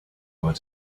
what